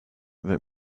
that